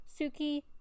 Suki